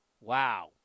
Wow